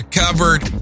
covered